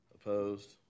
Opposed